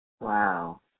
Wow